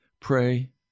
pray